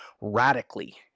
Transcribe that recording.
radically